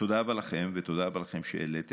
תודה רבה לכם, ותודה רבה לכם שהעליתם.